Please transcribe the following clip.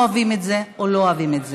אנחנו אוהבים את זה או לא אוהבים את זה,